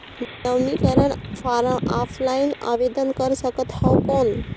नवीनीकरण form offline आवेदन कर सकत हो कौन?